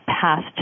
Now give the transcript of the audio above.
passed